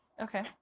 Okay